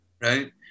right